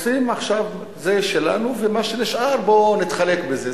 רוצים עכשיו, זה שלנו, ומה שנשאר, בואו נתחלק בזה.